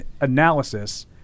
analysis